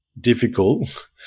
difficult